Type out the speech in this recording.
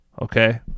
okay